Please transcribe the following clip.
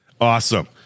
Awesome